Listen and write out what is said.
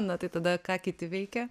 na tai tada ką kiti veikia